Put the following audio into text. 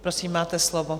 Prosím, máte slovo.